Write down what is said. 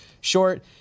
short